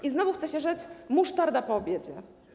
I znowu chce się rzec: musztarda po obiedzie.